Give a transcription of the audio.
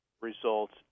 results